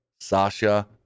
Sasha